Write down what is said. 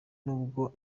nubwo